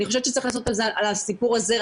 אני חושבת שצריך לעשות על הסיפור הזה,